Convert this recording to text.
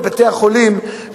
שזה יהיה בבחינת עיכוב חקיקה